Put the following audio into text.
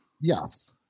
Yes